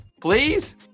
Please